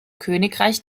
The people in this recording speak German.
königreich